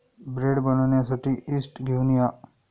bread बनवण्यासाठी yeast घेऊन या